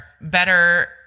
better